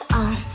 on